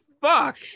fuck